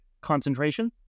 concentration